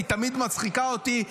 תמיד מצחיקה אותי,